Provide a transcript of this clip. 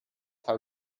how